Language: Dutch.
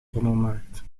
rommelmarkt